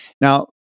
Now